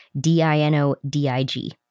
D-I-N-O-D-I-G